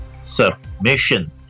submission